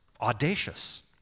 audacious